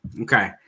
Okay